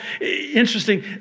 Interesting